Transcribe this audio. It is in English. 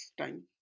time